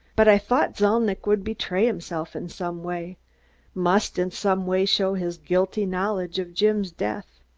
but i thought zalnitch would betray himself in some way must in some way show his guilty knowledge of jim's death.